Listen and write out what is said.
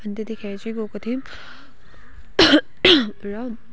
अनि त्यतिखेर चाहिँ गएको थिए र